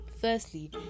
Firstly